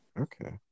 Okay